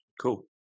cool